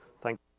thank